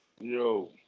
Yo